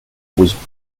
was